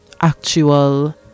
actual